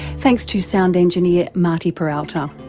thanks to sound engineer marty peralta.